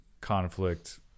conflict